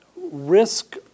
risk